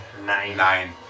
Nine